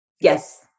Yes